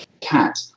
cat